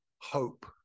hope